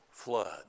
flood